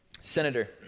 Senator